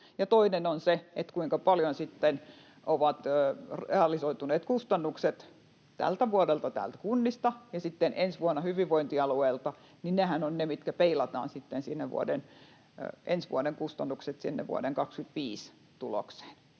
Toinen on se, kuinka paljon kustannukset ovat realisoituneet tältä vuodelta kunnista ja sitten ensi vuonna hyvinvointialueilta — nehän ovat ne, mitkä peilataan sitten, ensi vuoden kustannukset sinne vuoden 25 tulokseen.